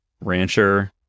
Rancher